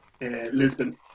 Lisbon